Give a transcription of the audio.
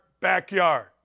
backyard